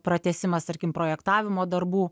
pratęsimas tarkim projektavimo darbų